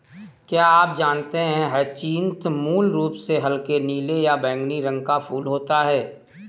क्या आप जानते है ह्यचीन्थ मूल रूप से हल्के नीले या बैंगनी रंग का फूल होता है